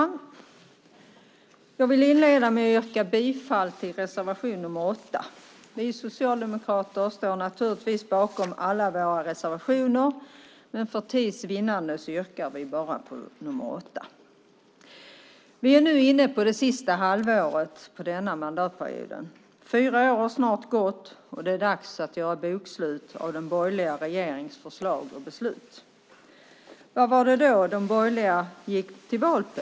Fru talman! Jag inleder med att yrka bifall till reservation nr 8. Vi socialdemokrater står naturligtvis bakom alla våra reservationer men för tids vinnande yrkar vi bifall bara till nr 8. Vi är nu inne i det sista halvåret av den här mandatperioden. Fyra år har snart gått och det är dags att göra bokslut över den borgerliga regeringens förslag och beslut. Vad var det som de borgerliga gick till val på?